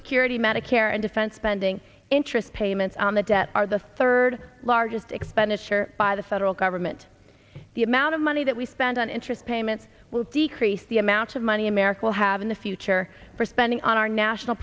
security medicare and defense spending interest payments on the debt are the third largest expenditure by the federal government the amount of money that we spend on interest payments will decrease the amount of money america will have in the future for spending on our national